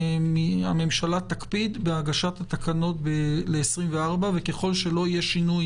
הממשלה תקפיד בהגשת התקנות ל-24 וככל שלא יהיה שינוי